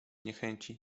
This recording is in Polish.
niechęci